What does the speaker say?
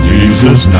Jesus